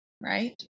right